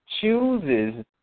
chooses